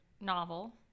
novel